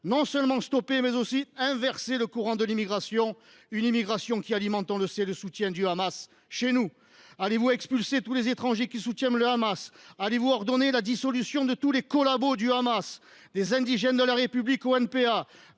non seulement arrêter, mais même inverser le courant de l’immigration, laquelle alimente, on le sait, le soutien au Hamas chez nous ? Allez-vous expulser tous les étrangers qui appuient le Hamas ? Allez-vous ordonner la dissolution de tous les collabos du Hamas, des Indigènes de la République au NPA,